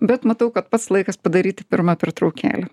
bet matau kad pats laikas padaryti pirmą pertraukėlę